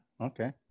Okay